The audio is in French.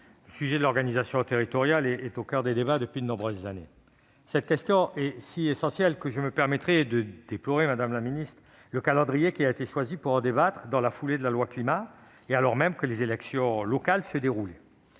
collègues, l'organisation territoriale est au coeur des débats depuis de nombreuses années. Cette question est si essentielle que je me permettrai de déplorer le calendrier qui a été choisi pour en débattre : dans la foulée de la loi Climat et alors même que les élections locales se déroulaient.